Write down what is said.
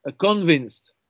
convinced